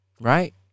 right